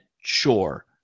sure